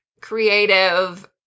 creative